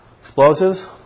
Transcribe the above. Explosives